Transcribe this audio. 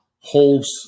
holds